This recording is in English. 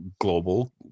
global